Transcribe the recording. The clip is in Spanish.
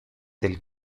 del